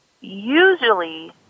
usually